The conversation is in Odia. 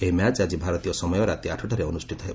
ଏହି ମ୍ୟାଚ୍ ଆଜି ଭାରତୀୟ ସମୟ ରାତି ଆଠଟାରେ ଅନୁଷ୍ଠିତ ହେବ